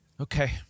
Okay